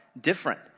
different